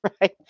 right